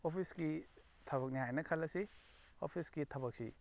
ꯑꯣꯐꯤꯁꯀꯤ ꯊꯕꯛꯅꯤ ꯍꯥꯏꯅ ꯈꯜꯂꯁꯤ ꯑꯣꯐꯤꯁꯀꯤ ꯊꯕꯛꯁꯤ